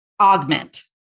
augment